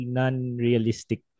non-realistic